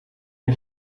nie